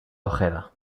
ojeda